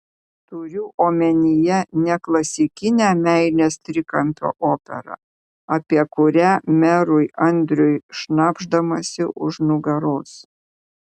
turiu omenyje ne klasikinę meilės trikampio operą apie kurią merui andriui šnabždamasi už nugaros